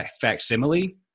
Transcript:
facsimile